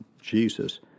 Jesus